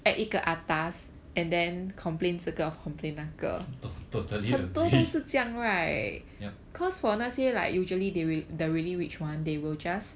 totally agree yup